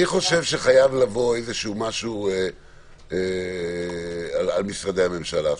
חושב שחייב לבוא משהו איזשהו משהו על משרדי הממשלה.